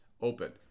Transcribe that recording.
open